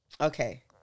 Okay